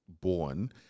born